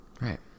Right